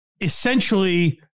essentially